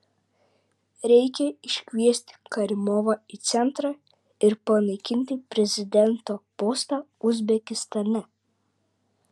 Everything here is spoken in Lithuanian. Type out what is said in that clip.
reikia iškviesti karimovą į centrą ir panaikinti prezidento postą uzbekistane